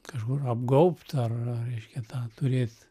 kažkur apgaubtą ar ar reiškia tą turėt